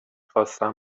خواستم